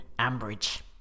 Ambridge